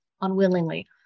unwillingly